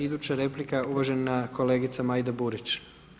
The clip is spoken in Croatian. Iduća replika je uvažena kolegica Majda Burić.